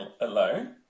alone